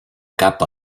cap